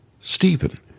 Stephen